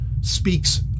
speaks